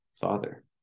father